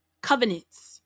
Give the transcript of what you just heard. Covenants